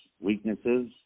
weaknesses